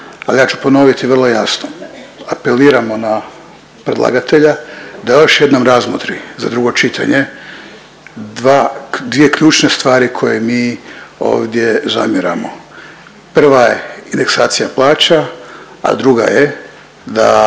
ali ja ću ponoviti vrlo jasno. Apeliramo na predlagatelja da još jednom razmotri za drugo čitanje dva, dvije ključne stvari koje mi ovdje zamjeramo. Prva je indeksacija plaća, a druga je da